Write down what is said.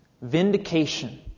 vindication